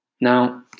Now